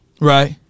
Right